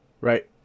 Right